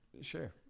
Sure